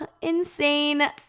insane